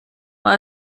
war